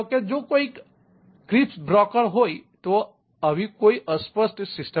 જો કોઈ વ્યવસ્થિત બ્રોકર હોય તો આવી કોઈ અસ્પષ્ટ સિસ્ટમ નથી